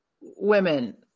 women